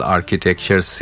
Architecture